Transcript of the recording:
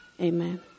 Amen